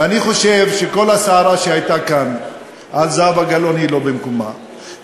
ואני חושב שכל הסערה שהייתה כאן על זהבה גלאון היא לא במקומה,